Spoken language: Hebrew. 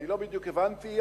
אני לא בדיוק הבנתי,